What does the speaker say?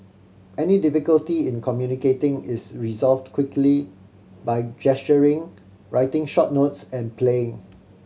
any difficulty in communicating is resolved quickly by gesturing writing short notes and playing